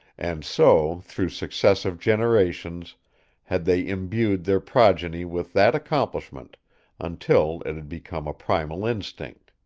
and so through successive generations had they imbued their progeny with that accomplishment until it had become a primal instinct.